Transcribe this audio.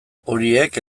horiek